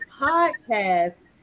podcast